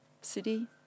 city